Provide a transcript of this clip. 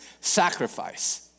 sacrifice